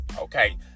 okay